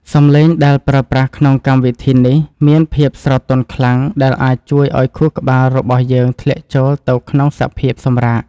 សំឡេងដែលប្រើប្រាស់ក្នុងកម្មវិធីនេះមានភាពស្រទន់ខ្លាំងដែលអាចជួយឱ្យខួរក្បាលរបស់យើងធ្លាក់ចូលទៅក្នុងសភាពសម្រាក។